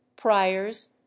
priors